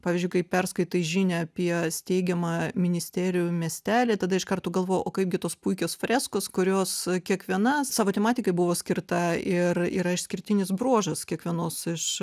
pavyzdžiui kai perskaitai žinią apie steigiamą ministerijų miestelį tada iš karto galvoji o kaipgi tos puikios freskos kurios kiekviena savo tematikai buvo skirta ir yra išskirtinis bruožas kiekvienos iš